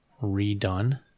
redone